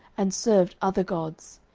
and served other gods,